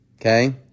Okay